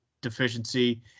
deficiency